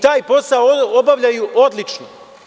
Taj posao obavljaju odlično.